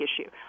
issue